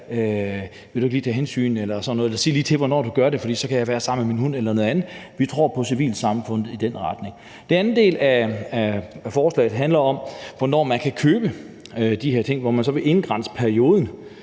vil du ikke lige tage hensyn og sådan noget. Eller: Sig lige til, hvornår du gør det, for så kan jeg være sammen med min hund, eller noget andet. Vi tror på civilsamfundet i den retning. Den anden del af forslaget handler om, hvornår man kan købe de her ting, hvor man så vil begrænse perioden,